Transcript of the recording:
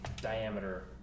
diameter